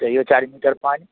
तैयो चारि चारि पाँच